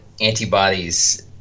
antibodies